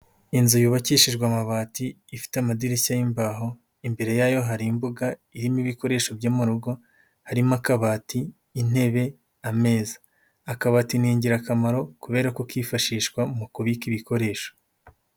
Inzu yubakishijwe amabati, ifite amadirishya y'imbaho, imbere yayo hari imbuga irimo ibikoresho byo mu rugo, harimo akabati, intebe, ameza. Akabati ni ingirakamaro kubera ko kifashishwa mu kubika ibikoresho.